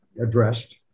addressed